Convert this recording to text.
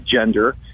gender